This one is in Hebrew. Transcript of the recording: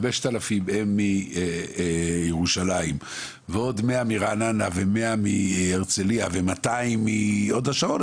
5,000 הם מירושלים ועוד 100 מרעננה ו-100 מהרצליה ו-200 מהוד השרון,